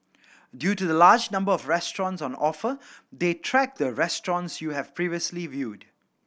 due to the large number of restaurants on offer they track the restaurants you have previously viewed